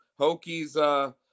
Hokies